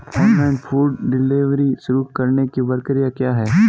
Online food delivery शुरू करने की प्रक्रिया क्या है?